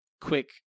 quick